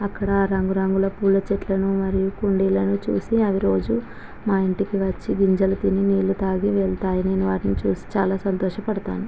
అక్కడ రంగురంగుల పూల చెట్లను మరియు కుండీలను చూసి అవి రోజు మా ఇంటికి వచ్చి గింజలు తిని నీళ్ళు తాగి వెళతాయి నేను వాటిని చూసి చాలా సంతోష పడతాను